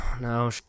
no